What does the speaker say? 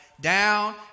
Down